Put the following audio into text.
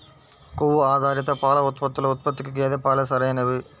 కొవ్వు ఆధారిత పాల ఉత్పత్తుల ఉత్పత్తికి గేదె పాలే సరైనవి